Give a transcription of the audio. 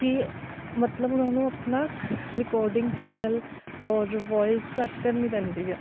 ਕਿ ਮਤਲਬ ਉਹਨਾਂ ਨੂੰ ਆਪਣਾ ਰਿਕਾਰਡਿੰਗ ਚੈਨਲ ਔਰ ਵੋਇਸ ਕੱਟ ਕਰਨੀ ਪੈਂਦੀ ਹੈ